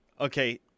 Okay